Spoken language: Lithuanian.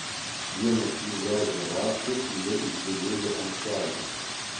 vienas jų vežė rąstus jie išbyrėjo ant kelio